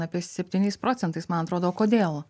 apie septyniais procentais man atrodo o kodėl